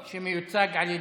שמיוצג על ידי?